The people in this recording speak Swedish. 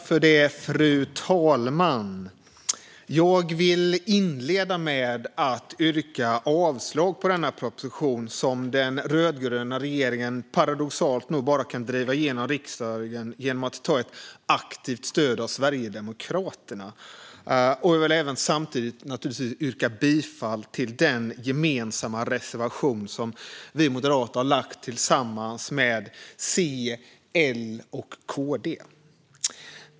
Fru talman! Jag vill inleda med att yrka avslag på propositionen, som den rödgröna regeringen paradoxalt nog bara kan driva igenom riksdagen genom att ta aktivt stöd av Sverigedemokraterna. Jag vill samtidigt yrka bifall till den gemensamma reservation som vi moderater har tillsammans med C, L och KD.